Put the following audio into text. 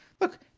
look